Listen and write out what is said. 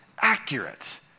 accurate